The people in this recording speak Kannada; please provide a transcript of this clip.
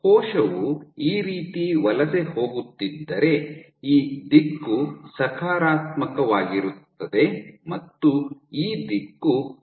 ಕೋಶವು ಈ ರೀತಿ ವಲಸೆ ಹೋಗುತ್ತಿದ್ದರೆ ಈ ದಿಕ್ಕು ಸಕಾರಾತ್ಮಕವಾಗಿರುತ್ತದೆ ಮತ್ತು ಈ ದಿಕ್ಕು ನಕಾರಾತ್ಮಕವಾಗಿರುತ್ತದೆ